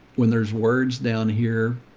when there's words down here,